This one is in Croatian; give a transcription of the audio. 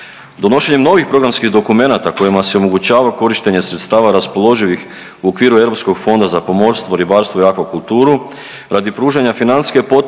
Donošenjem novih programskih dokumenata kojima se omogućava korištenje sredstava raspoloživih u okviru Europskog fonda za pomorstvo, ribarstvo i akvakulturu radi pružanja financijske potpore